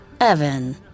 Evan